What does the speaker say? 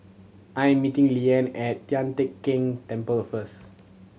I'm meeting Leanne at Tian Teck Keng Temple first